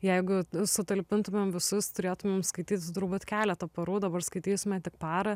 jeigu sutalpintumėm visus turėtumėm skaityti turbūt keletą parų dabar skaitysime tik parą